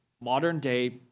modern-day